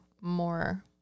more